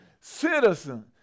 citizen